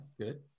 good